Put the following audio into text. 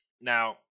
now